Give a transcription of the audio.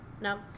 No